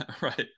right